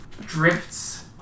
drifts